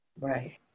Right